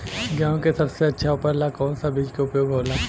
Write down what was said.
गेहूँ के सबसे अच्छा उपज ला कौन सा बिज के उपयोग होला?